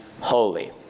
holy